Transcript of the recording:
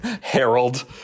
Harold